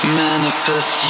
manifest